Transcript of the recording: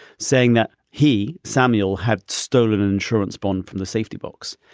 saying that he, samuel, had stolen an insurance bond from the safety box.